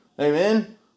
amen